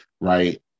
right